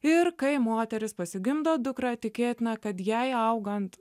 ir kai moteris pasigimdo dukrą tikėtina kad jai augant